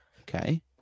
Okay